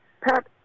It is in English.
Pat